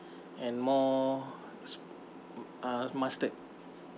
and more s~ uh mustard